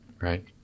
Right